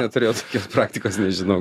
neturėjau tokios praktikos nežinau